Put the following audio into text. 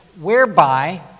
whereby